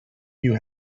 you